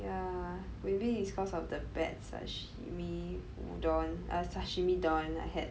ya maybe it's cause of the bad sashimi udon uh sashimi don I had